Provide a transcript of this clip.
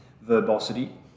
verbosity